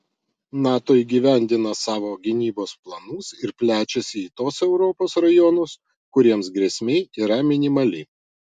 nato įgyvendina savo gynybos planus ir plečiasi į tuos europos rajonus kuriems grėsmė yra minimali